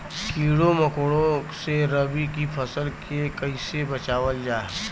कीड़ों मकोड़ों से रबी की फसल के कइसे बचावल जा?